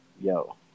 yo